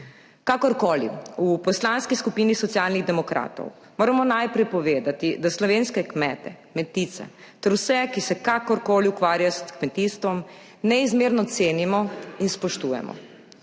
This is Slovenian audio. kakorkoli. V Poslanski skupini Socialnih demokratov moramo najprej povedati, da slovenske kmete, kmetice ter vse, ki se kakorkoli ukvarja s kmetijstvom neizmerno cenimo in spoštujemo.